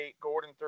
Gordon